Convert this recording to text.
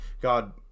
God